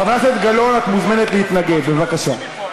חברת הכנסת גלאון, את מוזמנת להתנגד, בבקשה.